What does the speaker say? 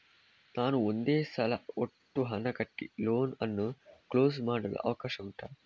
ನಾನು ಒಂದೇ ಸಲ ಒಟ್ಟು ಹಣ ಕಟ್ಟಿ ಲೋನ್ ಅನ್ನು ಕ್ಲೋಸ್ ಮಾಡಲು ಅವಕಾಶ ಉಂಟಾ